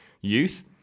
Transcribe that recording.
youth